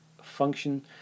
function